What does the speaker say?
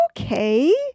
okay